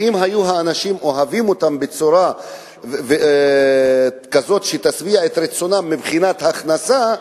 ואם היו האנשים אוהבים אותם בצורה כזאת שתשביע את רצונם מבחינת הכנסה,